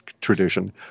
tradition